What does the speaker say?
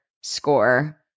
score